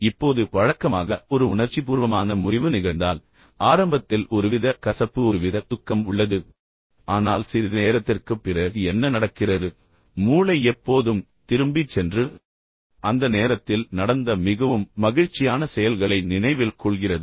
இப்போது வழக்கமாக ஒரு உணர்ச்சிபூர்வமான முறிவு நிகழ்ந்தால் ஆரம்பத்தில் ஒருவித கசப்பு ஒருவித துக்கம் உள்ளது ஆனால் சிறிது நேரத்திற்குப் பிறகு என்ன நடக்கிறது மூளை எப்போதும் திரும்பிச் சென்று அந்த நேரத்தில் நடந்த மிகவும் மகிழ்ச்சியான செயல்களை நினைவில் கொள்கிறது